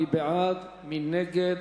מי בעד, מי נגד?